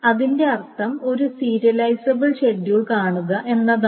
അതിന്റെ അർത്ഥം ഒരു സീരിയലിസബിൾ ഷെഡ്യൂൾ കാണുക എന്നാണ്